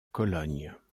cologne